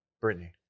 Brittany